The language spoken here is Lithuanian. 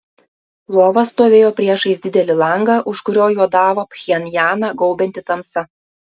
lova stovėjo priešais didelį langą už kurio juodavo pchenjaną gaubianti tamsa